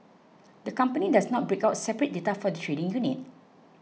the company does not break out separate data for the trading unit